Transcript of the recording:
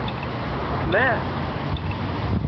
मैं